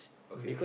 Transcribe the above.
okay